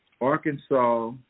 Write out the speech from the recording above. Arkansas